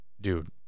Dude